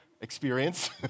experience